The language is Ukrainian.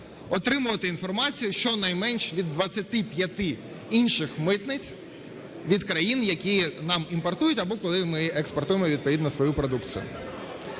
отримувати інформацію щонайменш від 25 інших митниць, від країн, які нам імпортують або коли ми експортуємо відповідно свою продукцію.